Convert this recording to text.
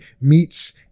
meets